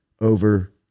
over